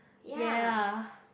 ya